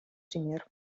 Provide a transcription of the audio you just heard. пример